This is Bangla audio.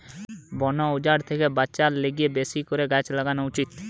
বন উজাড় থেকে বাঁচার লিগে বেশি করে গাছ লাগান উচিত